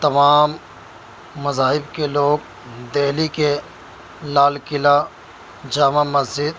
تمام مذاہب کے لوگ دہلی کے لال قلعہ جامع مسجد